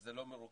וזה לא מרוכז.